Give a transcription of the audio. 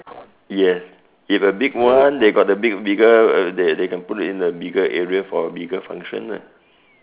yes you've a big one they got the big bigger uh they can put it at a bigger area for a bigger function lah